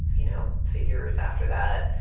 you know, figures after that.